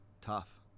tough